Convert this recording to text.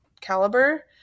caliber